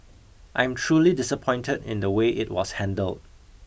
I'm truly disappointed in the way it was handled